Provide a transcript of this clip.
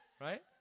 Right